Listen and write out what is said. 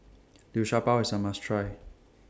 Liu Sha Bao IS A must Try